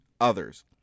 others